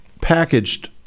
packaged